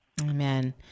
Amen